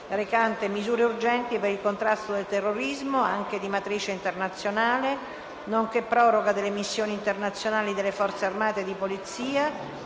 urgenti e concrete per il contrasto del terrorismo, anche di matrice internazionale e proroga alcune missioni internazionali delle Forze armate e di polizia,